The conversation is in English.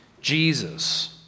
Jesus